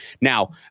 Now